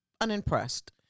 unimpressed